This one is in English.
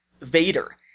Vader